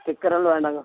ஸ்டிக்கரெல்லாம் வேண்டாங்க